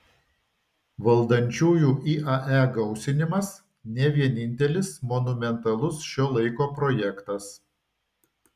valdančiųjų iae gausinimas ne vienintelis monumentalus šio laiko projektas